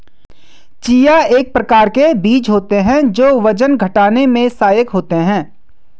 chia एक प्रकार के बीज होते हैं जो वजन घटाने में सहायक होते हैं